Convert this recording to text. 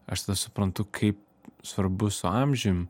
aš tada suprantu kaip svarbu su amžium